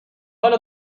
حالت